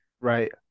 Right